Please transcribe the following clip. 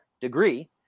degree